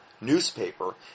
newspaper